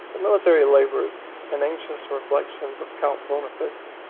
the military labors, and anxious reflections, of count boniface,